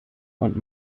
und